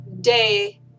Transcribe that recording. day